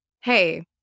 hey